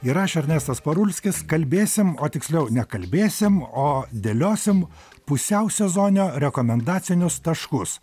ir aš ernestas parulskis kalbėsim o tiksliau nekalbėsim o dėliosim pusiausezonio rekomendacinius taškus